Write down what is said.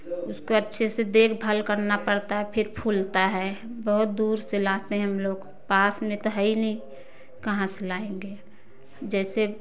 उसको अच्छे से देखभाल करना पड़ता है फिर फूलता है बहुत दूर से लाते हैं हम लोग पास में तो है ही नहीं कहाँ से लाएँगे जैसे